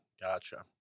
Gotcha